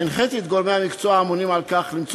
הנחיתי את גורמי המקצוע האמונים על כך למצוא